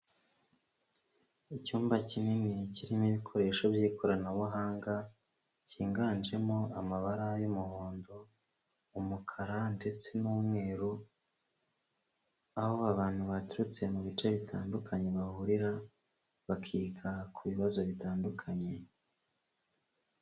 Icyumba kinini kirimo ibikoresho by'ikoranabuhanga, cyiganjemo amabara y'umuhondo, umukara ndetse n'umweru, aho abantu baturutse mu bice bitandukanye bahurira, bakiga ku bibazo bitandukanye.